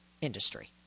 Industry